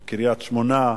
בקריית-שמונה,